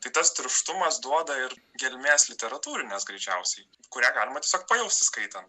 tai tas tirštumas duoda ir gelmės literatūrinės greičiausiai kurią galima tiesiog pajausti skaitant